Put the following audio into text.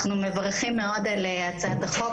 אנחנו מברכים מאוד על הצעת החוק,